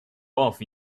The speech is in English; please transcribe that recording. off